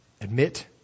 Admit